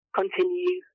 continue